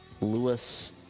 Lewis